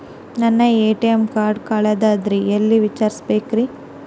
ನನ್ನ ATM card ಕಳದದ್ರಿ ಎಲ್ಲಿ ವಿಚಾರಿಸ್ಬೇಕ್ರಿ?